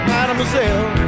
Mademoiselle